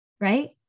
right